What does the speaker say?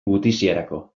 gutiziarako